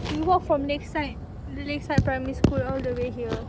we walk from lakeside lakeside primary school all the way here